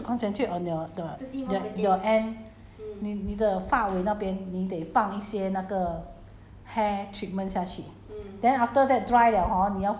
ya because the the end you got to protect [what] you need to protect [what] you need to concentrate on your the the your end 你你的发尾那边你得放一些那个